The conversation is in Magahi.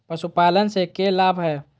पशुपालन से के लाभ हय?